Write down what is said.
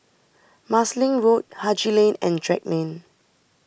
Marsiling Road Haji Lane and Drake Lane